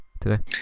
today